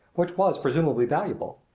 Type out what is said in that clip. which was presumably valuable.